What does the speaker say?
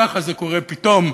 ככה זה קורה פתאום,